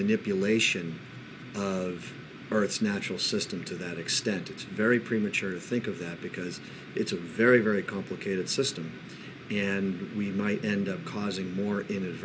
manipulation of earth's natural system to that extent it's very premature to think of that because it's a very very complicated system and we might end up causing more in